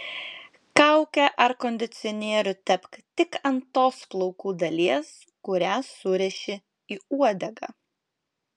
kaukę ar kondicionierių tepk tik ant tos plaukų dalies kurią suriši į uodegą